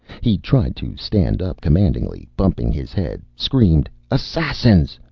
he tried to stand up commandingly, bumped his head, screamed assassins!